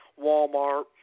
walmart